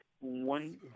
one